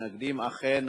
ניתן לומר כי עד כה